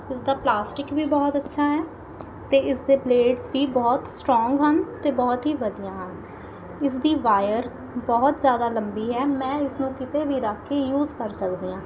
ਇਸਦਾ ਪਲਾਸਟਿਕ ਵੀ ਬਹੁਤ ਅੱਛਾ ਹੈ ਅਤੇ ਇਸਦੇ ਪਲੇਟਸ ਵੀ ਬਹੁਤ ਸਟਰੋਂਗ ਹਨ ਅਤੇ ਬਹੁਤ ਹੀ ਵਧੀਆ ਹਨ ਇਸਦੀ ਵਾਇਰ ਬਹੁਤ ਜ਼ਿਆਦਾ ਲੰਬੀ ਹੈ ਮੈਂ ਇਸਨੂੰ ਕਿਤੇ ਵੀ ਰੱਖ ਕੇ ਯੂਸ ਕਰ ਸਕਦੀ ਹਾਂ